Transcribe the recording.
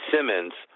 Simmons